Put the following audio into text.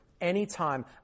anytime